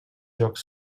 jocs